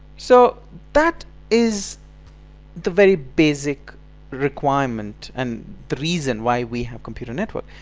so that is the very basic requirement and the reason why we have computer network!